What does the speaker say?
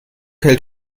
hält